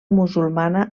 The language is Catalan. musulmana